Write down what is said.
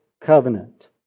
covenant